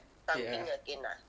ya